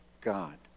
God